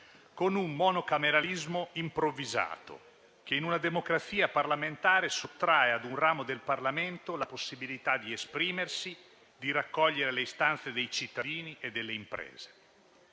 con un monocameralismo improvvisato, che in una democrazia parlamentare sottrae ad un ramo del Parlamento la possibilità di esprimersi e di raccogliere le istanze dei cittadini e delle imprese.